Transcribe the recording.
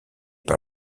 par